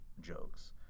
jokes